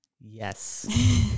yes